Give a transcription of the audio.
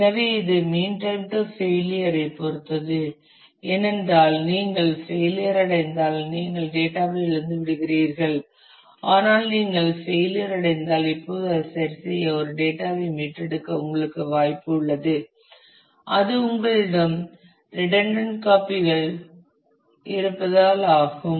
எனவே இது mean time to failure ஐ பொறுத்தது ஏனென்றால் நீங்கள் ஃபெயிலியர் அடைந்தால் நீங்கள் டேட்டா ஐ இழந்துவிட்டீர்கள் ஆனால் நீங்கள் ஃபெயிலியர் அடைந்தால் இப்போது அதை சரிசெய்ய ஒரு டேட்டா ஐ மீட்டெடுக்க உங்களுக்கு வாய்ப்பு உள்ளது அது உங்களிடம் ரிடன்டன்ட் காப்பி கள் இருப்பதால் ஆகும்